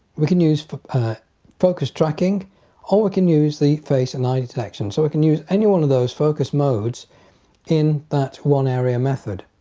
we can use for focus tracking or we can use the face and eye detection so i can use any one of those focus modes in that one area method.